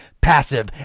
passive